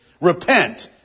repent